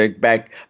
Back